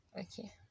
Okay